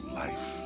life